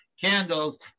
candles